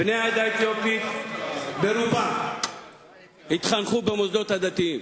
בני העדה האתיופית ברובם התחנכו במוסדות הדתיים.